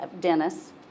Dennis